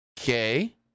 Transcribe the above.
okay